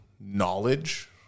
knowledge